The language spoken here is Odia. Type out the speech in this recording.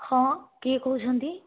ହଁ କିଏ କହୁଛନ୍ତି